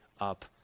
up